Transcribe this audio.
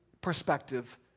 perspective